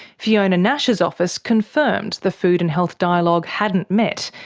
fiona nash's office confirmed the food and health dialogue hadn't met,